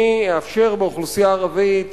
אני אאפשר באוכלוסייה הערבית